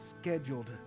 scheduled